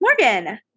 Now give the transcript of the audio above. Morgan